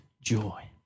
joy